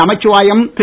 Namasivayam Thiru